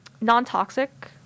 non-toxic